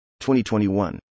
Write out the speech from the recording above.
2021